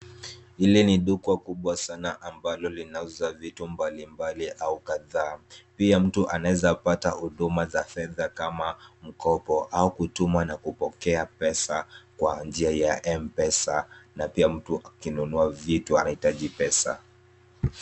Hili ni duka kubwa sana ambalo linauza vitu mbalimbali au kadhaa. Pia mtu anaweza pata huduma za fedha kama mkopo au kutuma na kupokea pesa kwa njia ya M-Pesa na pia mtu akinunua vitu anahitaji pesa.